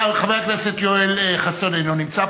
חבר הכנסת יואל חסון, אינו נמצא.